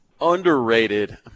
Underrated